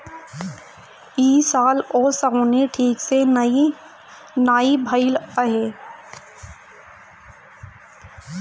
ए साल ओंसउनी ठीक से नाइ भइल हअ